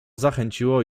zachęciło